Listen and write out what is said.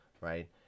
Right